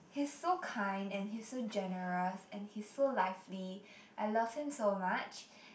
he's so kind and he's so generous and he's so lively I love him so much